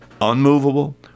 unmovable